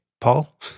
Paul